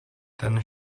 ten